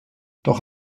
doch